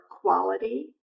quality